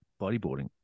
bodyboarding